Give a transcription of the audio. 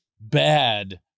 bad